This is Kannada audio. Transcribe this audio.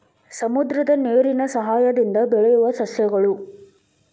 ಸಮುದ್ರದ ನೇರಿನ ಸಯಹಾಯದಿಂದ ಬೆಳಿಯುವ ಸಸ್ಯಗಳು